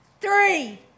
three